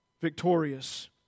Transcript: victorious